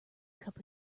cup